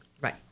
Right